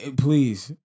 Please